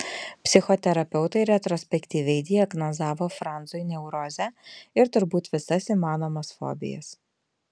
psichoterapeutai retrospektyviai diagnozavo franzui neurozę ir turbūt visas įmanomas fobijas